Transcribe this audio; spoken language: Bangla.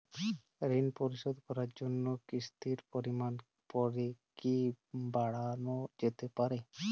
ঋন পরিশোধ করার জন্য কিসতির পরিমান পরে কি বারানো যেতে পারে?